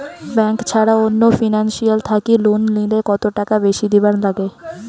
Bank ছাড়া অন্য financial থাকি লোন নিলে কতটাকা বেশি দিবার নাগে?